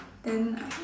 then